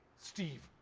steve?